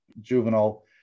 juvenile